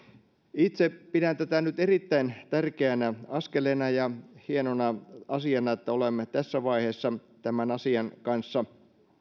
itse pidän tätä nyt erittäin tärkeänä askeleena ja hienona asiana että olemme tässä vaiheessa tämän asian kanssa